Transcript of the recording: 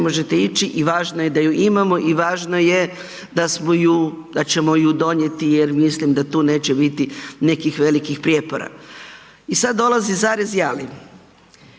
možete ići i važno je da ju imamo i važno je da smo ju, da ćemo ju donijeti jer mislim da tu neće biti nekih velikih prijepora. I sad dolazi zarez i ali.